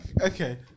okay